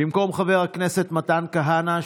במקום חבר הכנסת מתן כהנא,